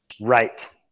Right